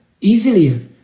easily